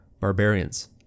Barbarians